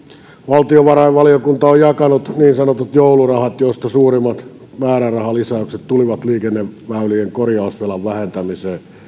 valtiovarainvaliokunta on jakanut niin sanotut joulurahat joista suurimmat määrärahalisäykset tulivat liikenneväylien korjausvelan vähentämiseen